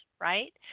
right